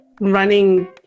running